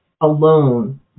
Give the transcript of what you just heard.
alone